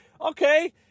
Okay